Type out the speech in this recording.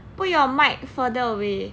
put your mic further away